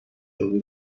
روح